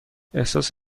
احساس